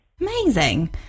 Amazing